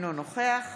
אינו נוכח